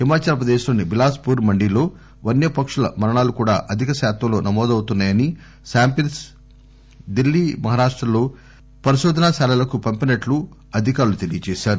హిమాచల్ ప్రదేశ్ లోని బిలాస్ పూర్ మండీలో వన్య పక్షుల మరణాలు కూడా అధిక శాతంలో నమోదవుతున్నాయని శాంపుల్స్ ఢిల్లీ మహారాష్టలో పరిశోధనాశాలలకు పంపినట్లు ధికారులు తెలియచేశారు